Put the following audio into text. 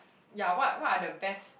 yeah what what are the best